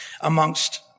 amongst